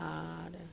आओर